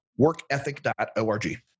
workethic.org